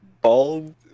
bald